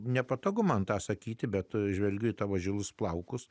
nepatogu man tą sakyti be to žvelgiu į tavo žilus plaukus